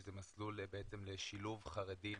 שזה מסלול לשילוב חרדים